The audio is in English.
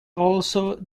also